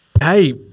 Hey